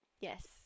Yes